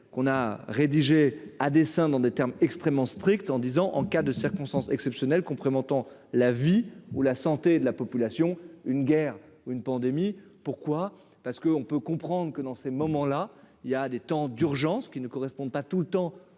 qu'on a rédigé à dessein dans des termes extrêmement en disant : en cas de circonstances exceptionnelles complément tant la vie ou la santé de la population, une guerre ou une pandémie, pourquoi, parce qu'on peut comprendre que dans ces moments-là, il y a des temps d'urgence qui ne correspondent pas tout le temps